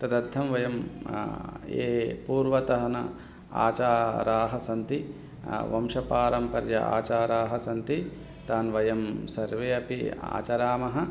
तदर्थं वयं ये पूर्वतनाः आचाराः सन्ति वंशपारम्पर्याः आचाराः सन्ति तान् वयं सर्वे अपि आचरामः